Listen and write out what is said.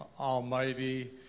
almighty